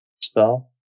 spell